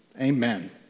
Amen